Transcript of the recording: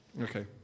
Okay